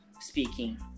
speaking